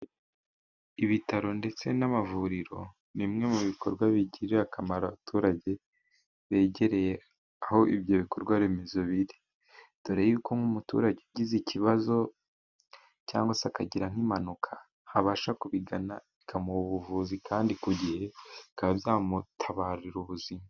Ibitaro ndetse n’amavuriro ni bimwe mu bikorwa bigirira akamaro abaturage begereye aho ibyo bikorwaremezo biri. Dore yuko nk’umuturage ugize ikibazo cyangwa se akagira nk’impanuka, abasha kubigana bikamuha ubuvuzi kandi ku gihe, bikaba byamutabarira ubuzima.